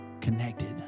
connected